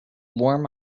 warm